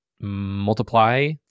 multiply